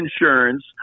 insurance